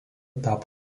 tapo